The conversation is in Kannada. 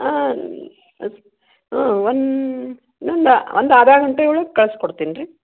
ಹಾಂ ಹಾಂ ಒಂದ್ ಇನ್ನೊಂದ ಒಂದು ಅರ್ಧ ಗಂಟೆ ಒಳಗೆ ಕಳ್ಸಿ ಕೊಡ್ತಿನಿ ರೀ